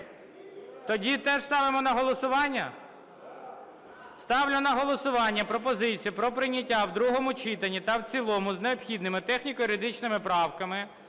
Тоді теж ставимо на голосування? Ставлю на голосування пропозицію про прийняття в другому читанні та в цілому з необхідними техніко-юридичними правками